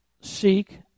seek